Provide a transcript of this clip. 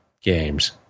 games